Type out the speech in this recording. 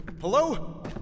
Hello